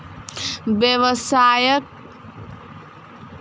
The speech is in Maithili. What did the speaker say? व्यावसायिक सूतक कारखाना सॅ गाम में रोजगार के वृद्धि भेल